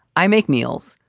i make meals.